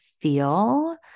feel